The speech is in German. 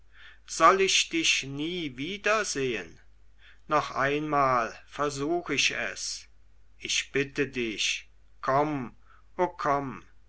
soll ich dich nie wiedersehen noch einmal versuch ich es ich bitte dich komm o komm